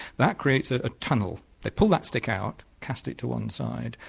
that creates a ah tunnel. they pull that stick out, cast it to one side,